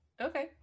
Okay